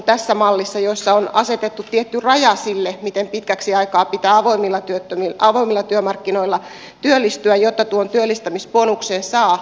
tässä mallissa on asetettu tietty raja sille miten pitkäksi aikaa pitää avoimilla työmarkkinoilla työllistyä jotta tuon työllistämisbonuksen saa